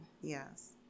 yes